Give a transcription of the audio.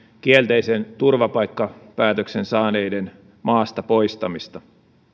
kielteisen turvapaikkapäätöksen saaneiden maasta poistamista